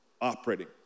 operating